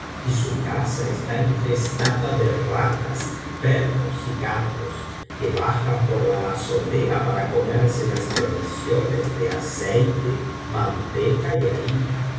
y su casa está infestada de ratas perros y gatos que bajan por la azotea para comerse las provisiones de aceite manteca y harina por